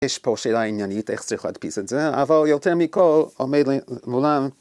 יש פה שאלה עניינית איך צריך להדפיס את זה, אבל יותר מכל עומד ל... מולנו